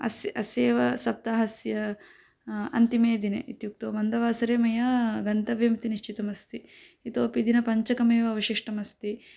अस्य अस्य एव सप्ताहस्य अन्तिमे दिने इत्युक्तौ मन्दवासरे मया गन्तव्यम् इति निश्चितमस्ति इतोपि दिनपञ्चकमेव अवशिष्टमस्ति